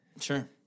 Sure